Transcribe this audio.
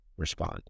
respond